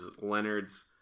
Leonard's